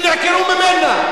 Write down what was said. ממנה.